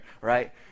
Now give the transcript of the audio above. right